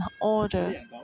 order